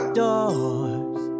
doors